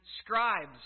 scribes